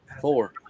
Four